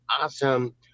Awesome